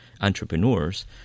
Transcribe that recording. entrepreneurs